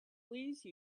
please